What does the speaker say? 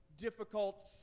difficult